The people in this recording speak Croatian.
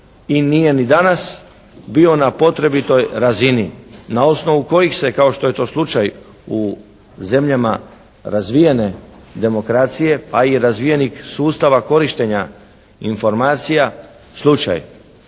i nije ni danas bio na potrebitoj razini na osnovu kojih se kao što je to slučaj u zemljama razvijene demokracije, a i razvijenih sustava korištenja informacija slučaj.